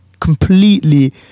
completely